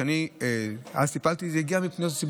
כשאני אז טיפלתי בזה,